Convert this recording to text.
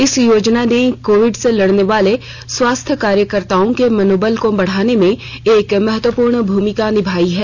इस योजना ने कोविड से लडने वाले स्वास्थ्य कार्यकर्ताओं के मनोबल को बढ़ाने में एक महत्वपूर्ण भूमिका निभाई है